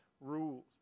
rules